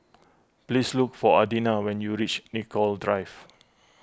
please look for Adina when you reach Nicoll Drive